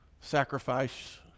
sacrifice